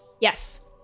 Yes